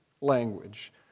language